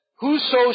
Whoso